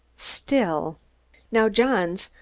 still now, johns,